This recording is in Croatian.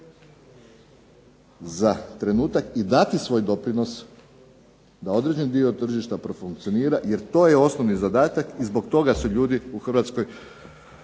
za trenutak i dati svoj doprinos da određeni dio tržišta profunkcionira jer to je osnovni zadatak i zbog toga se ljudi u Hrvatskoj